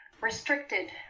restricted